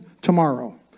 tomorrow